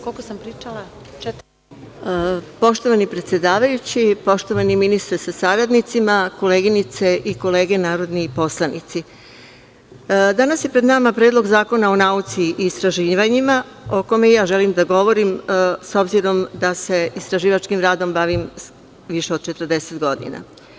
Poštovani predsedavajući, poštovani ministre sa saradnicima, koleginice i kolege narodni poslanici, danas je pred nama Predlog Zakona o nauci i istraživanjima o kome i ja želim da govorim, s obzirom da se istraživačkim radom bavim više od 40 godina.